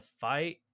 fight